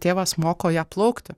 tėvas moko ją plaukti